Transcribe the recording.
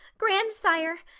grandsire!